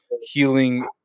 healing